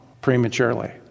prematurely